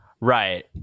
right